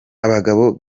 abagabo